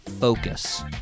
focus